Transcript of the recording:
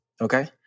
okay